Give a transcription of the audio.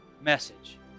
message